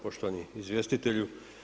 Poštovani izvjestitelju.